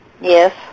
Yes